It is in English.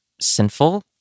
sinful